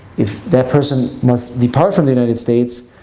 if that person must depart from the united states,